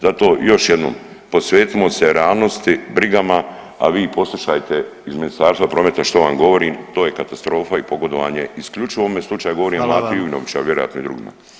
Zato još jednom, posvetimo se realnosti, brigama, a vi poslušajte iz Ministarstva prometa što vam govorim, to je katastrofa i pogodovanje i isključivo u ovome slučaju govorim… [[Govornik se ne razumije]] vjerojatno i drugima.